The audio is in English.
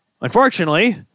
Unfortunately